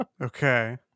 Okay